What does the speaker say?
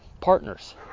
partners